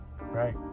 right